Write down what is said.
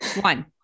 One